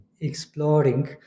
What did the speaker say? exploring